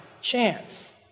chance